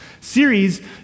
series